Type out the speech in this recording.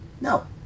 no